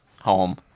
Home